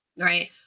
right